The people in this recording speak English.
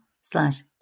slash